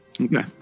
Okay